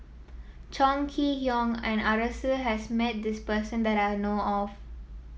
Chong Kee Hiong and Arasu has met this person that I know of